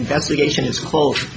investigation is close